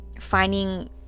finding